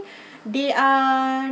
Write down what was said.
they are